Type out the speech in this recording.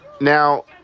Now